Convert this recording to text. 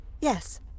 Yes